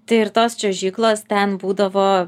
tai ir tos čiuožyklos ten būdavo